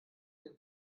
den